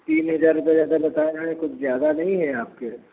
तीन हज़ार उधर ज़्यादा बता रहा है कुछ ज़्यादा नहीं है आपके